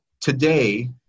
today